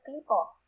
people